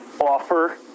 offer